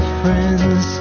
friends